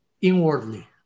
inwardly